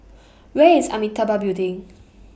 Where IS Amitabha Building